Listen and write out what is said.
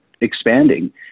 expanding